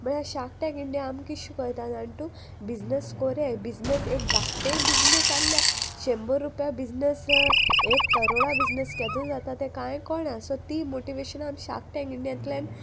म्हूळ्या shark tank India आमकी शिकयता जाणटू बिजनस कोराय बिजनस एक धाकटेय बिजनस आसल्या शेंबोर रुपया बिजनस एक करोडा बिजनस केदो जाता ते कांय कोणा सो ती मोटिवेशन आमी शार्क टँक इंडियातल्यान